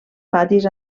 patis